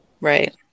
right